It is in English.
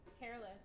Careless